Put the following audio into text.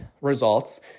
results